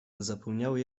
zapełniały